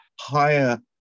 higher